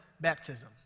baptism